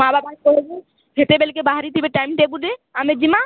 ମାଆ ବାପାକେ କହେବୁ ହେତେ ବେଲ୍କେ ବାହାରିଥିବେ ଟାଇମ୍ ଟେବୁଲ୍ରେ ଆମେ ଯିମା